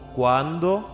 Quando